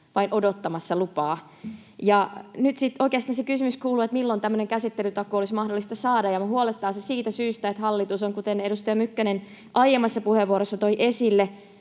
vain odottamassa lupaa. Oikeastaan se kysymys kuuluu, että milloin tämmöinen käsittelytakuu olisi mahdollista saada. Minua huolettaa se siitä syystä, että hallitus on, kuten edustaja Mykkänen aiemmassa puheenvuorossa toi esille,